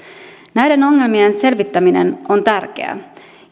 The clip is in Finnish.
näiden ongelmien selvittäminen on tärkeää